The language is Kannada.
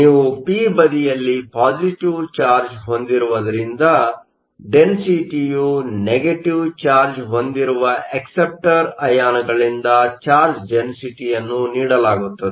ನೀವು ಪಿ ಬದಿಯಲ್ಲಿ ಪಾಸಿಟಿವ್ ಚಾರ್ಜ್ ಹೊಂದಿರುವುದರಿಂದ ಡೆನ್ಸಿಟಿಯು ನೆಗೆಟಿವ್ ಚಾರ್ಜ್Negative charge ಹೊಂದಿರುವ ಅಕ್ಸೆಪ್ಟರ್ ಅಯಾನ್ಗಳಿಂದ ಚಾರ್ಜ್ ಡೆನ್ಸಿಟಿಯನ್ನು ನೀಡಲಾಗುತ್ತದೆ